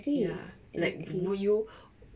exactly